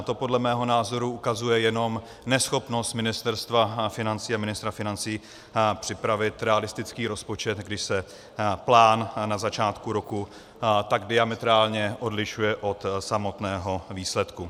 To podle mého názoru ukazuje jenom neschopnost Ministerstva financí a ministra financí připravit realistický rozpočet, když se plán na začátku roku tak diametrálně odlišuje od samotného výsledku.